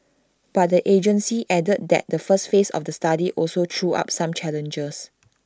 but the agency added that the first phase of the study also threw up some challenges